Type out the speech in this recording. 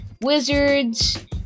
Wizards